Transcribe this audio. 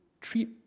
treat